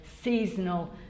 seasonal